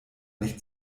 nicht